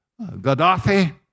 Gaddafi